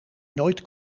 nooit